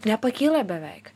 nepakyla beveik